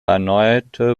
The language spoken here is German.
erneute